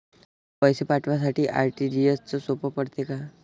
पैसे पाठवासाठी आर.टी.जी.एसचं सोप पडते का?